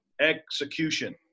execution